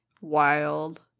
Wild